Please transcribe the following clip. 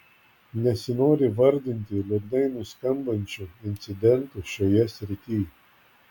nesinori vardinti liūdnai nuskambančių incidentų šioje srityj